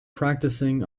practicing